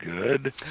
good